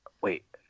wait